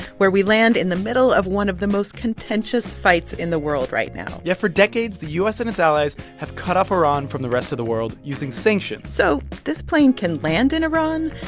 where we land in the middle of one of the most contentious fights in the world right now yeah. for decades, the u s. and its allies have cut off iran from the rest of the world using sanctions so this plane can land in iran.